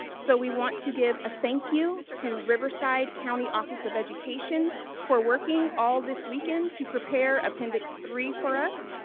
so we want to give a thank you to riverside county office of education for working all this weekend to prepare appendix three for us.